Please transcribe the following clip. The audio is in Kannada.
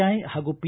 ಐ ಹಾಗೂ ಪಿ